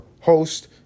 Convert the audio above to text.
host